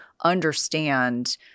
understand